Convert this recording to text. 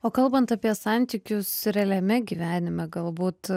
o kalbant apie santykius realiame gyvenime galbūt